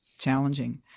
challenging